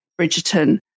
Bridgerton